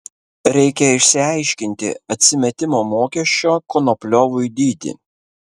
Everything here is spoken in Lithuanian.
reikia išsiaiškinti atsimetimo mokesčio konopliovui dydį